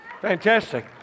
Fantastic